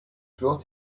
brought